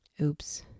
Oops